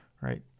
right